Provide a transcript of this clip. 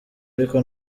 ariko